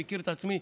מכיר את עצמי,